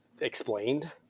explained